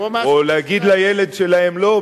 או להגיד לילד שלהם: לא,